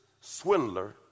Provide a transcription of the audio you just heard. swindler